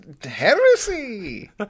heresy